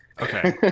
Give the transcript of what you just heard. Okay